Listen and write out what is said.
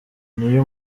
n’iyo